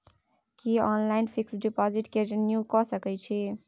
की online fix deposit के renew के सकै छी?